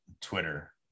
Twitter